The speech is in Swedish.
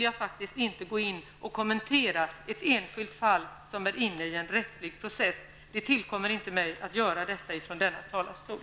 Jag vill inte gå in och kommentera ett enskilt fall som är inne i en rättslig process. Det tillkommer inte mig att göra detta från denna talarstol.